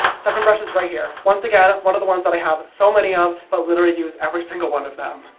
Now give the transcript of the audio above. seven brushes right here. once again, one of the ones that i have so many of but literally use every single one of them.